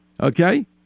okay